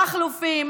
המכלופים,